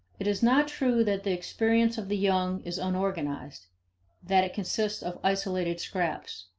it is not true that the experience of the young is unorganized that it consists of isolated scraps.